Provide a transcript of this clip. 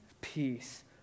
peace